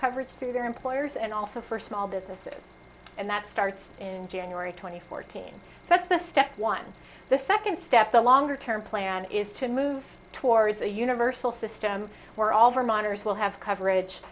coverage through their employers and also for small businesses and that starts in january twenty fourth teen that's the step one the second step the longer term plan is to move towards a universal system where all vermonters will have coverage